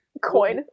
Coin